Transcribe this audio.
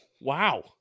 Wow